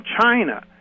China